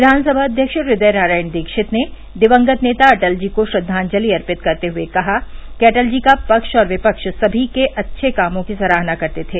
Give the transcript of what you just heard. विघानसभा अध्यक्ष हृदय नारायण दीक्षित ने दिवंगत नेता अटल जी को श्रद्दाजलि अर्पित करते हुए कहा कि अटल जी पक्ष और विफ्व समी के अच्छे कामों की सराहना करते थे